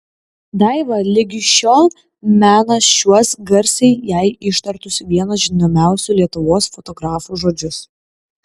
daiva lig šiol mena šiuos garsiai jai ištartus vieno žinomiausių lietuvos fotografų žodžius